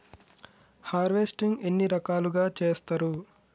Harvesting ఎన్ని రకాలుగా చేస్తరు?